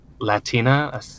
Latina